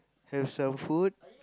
have some food